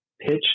pitch